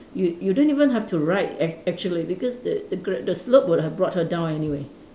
you you don't even have to ride ac~ actually because the the gr~ the slope would have brought her down anyway